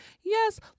yes